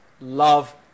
love